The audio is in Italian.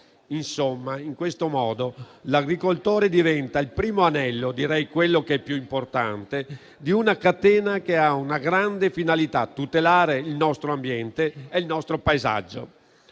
locali. In questo modo, l'agricoltore diventa il primo anello - direi il più importante - di una catena che ha una grande finalità: tutelare il nostro ambiente e il nostro paesaggio.